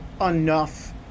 enough